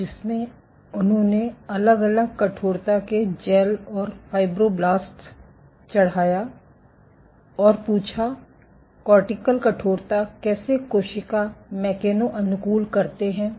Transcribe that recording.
तो जिसमें उन्होंने अलग अलग कठोरता के जैल पर फाइब्रोब्लास्ट्स चढ़ाया और पूछा कॉर्टिकल कठोरता कैसे कोशिका मैकेनो अनुकूलन करते हैं